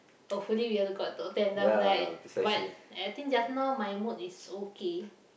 hopefully we are got top ten then after that but I think just now my mood is okay